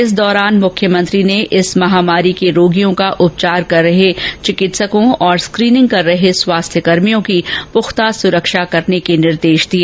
इस दौरान मुख्यमंत्री ने इस महामारी के रोगियों का उपचार कर रहे चिकित्सकों और स्क्रीनिंग कर रहे स्वास्थ्यकर्मियों की पुख्ता सुरक्षा करने के निर्देश दिए